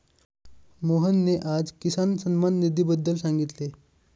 मोहनने आज किसान सन्मान निधीबद्दल सांगितले